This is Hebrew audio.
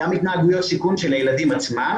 גם התנהגויות סיכון של הילדים עצמם,